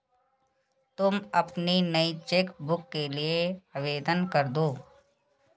तुम अपनी नई चेक बुक के लिए आवेदन करदो